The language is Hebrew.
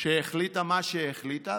שהחליטה מה שהחליטה,